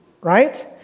right